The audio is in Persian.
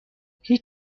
هیچ